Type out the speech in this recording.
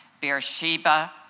beersheba